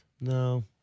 No